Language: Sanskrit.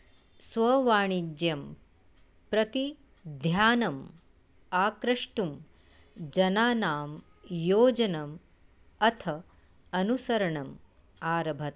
स्ववाणिज्यं प्रतिध्यानम् आक्रष्टुं जनानां योजनम् अथ अनुसरणम् आरभत